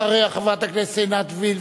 אחריה, חברת הכנסת עינת וילף,